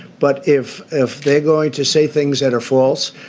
but if if they're going to say things that are false,